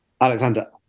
Alexander